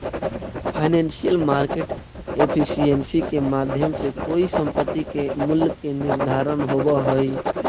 financial market efficiency के माध्यम से कोई संपत्ति के मूल्य के निर्धारण होवऽ हइ